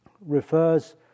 refers